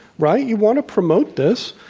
right? you want to promote this.